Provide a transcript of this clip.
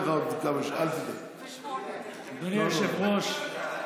אדוני היושב-ראש,